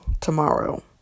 tomorrow